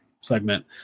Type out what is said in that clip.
segment